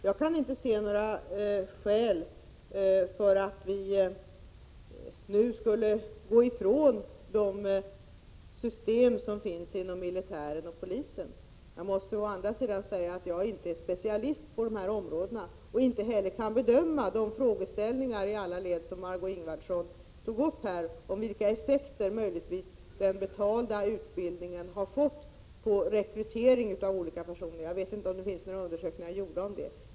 Jag kan inte se några skäl till att vi nu skulle gå ifrån de system som finns inom militären och polisen. Jag måste å andra sidan säga att jag inte är specialist på dessa områden och inte heller kan i alla led bedöma de frågeställningar som Marg6é Ingvardsson tog upp om vilka effekter som den betalda utbildningen möjligtvis har fått på rekryteringen av olika personer. Jag vet inte om det har gjorts några undersökningar om det.